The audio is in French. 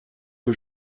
que